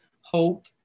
hope